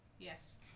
Yes